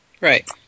Right